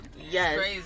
Yes